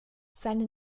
seinen